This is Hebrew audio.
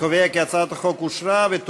את הצעת חוק נכי רדיפות הנאצים (תיקון מס' 20) (תיקון,